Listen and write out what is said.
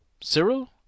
Cyril